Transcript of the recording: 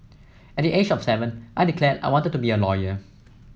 at the age of seven I declared I wanted to be a lawyer